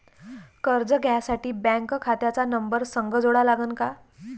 कर्ज घ्यासाठी बँक खात्याचा नंबर संग जोडा लागन का?